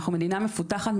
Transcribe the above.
אנחנו מדינה מפותחת,